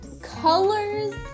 Colors